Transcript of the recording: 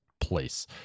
place